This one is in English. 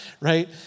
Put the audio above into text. right